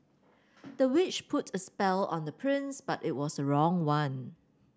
the witch put a spell on the prince but it was a wrong one